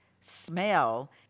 smell